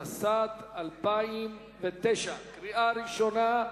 התשס"ט 2009, קריאה ראשונה.